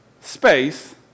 space